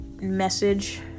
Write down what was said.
message